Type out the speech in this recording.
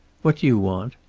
what do you want?